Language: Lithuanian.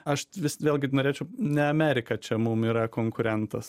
aš vis vėlgi norėčiau ne amerika čia mum yra konkurentas